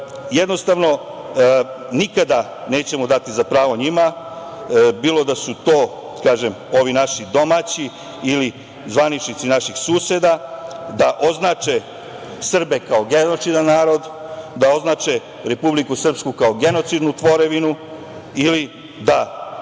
jednostavno nikada nećemo dati za pravo njima bilo da su to, kažem, ovi naši domaći ili zvaničnici naših suseda da označe Srbe kao genocidan narod, da označe Republiku Srpsku kao genocidnu tvorevinu ili da